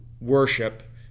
worship